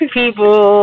people